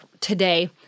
today